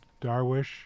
Darwish